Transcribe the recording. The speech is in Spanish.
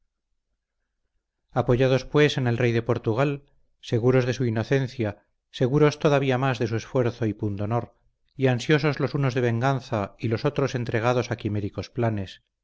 apoyados pues en el rey de portugal seguros de su inocencia seguros todavía más de su esfuerzo y pundonor y ansiosos los unos de venganza y los otros entregados a quiméricos planes